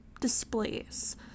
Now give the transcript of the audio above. displays